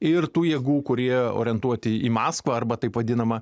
ir tų jėgų kurie orientuoti į maskvą arba taip vadinamą